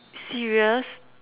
serious